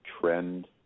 trend